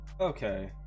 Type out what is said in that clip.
Okay